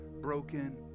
broken